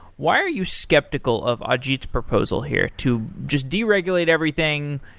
why are you skeptical of ah ajit's proposal here to just deregulate everything,